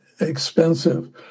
expensive